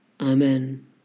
Amen